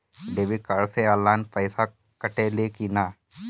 Debit card से online पैसा कटा ले कि ना?